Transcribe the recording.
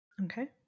Okay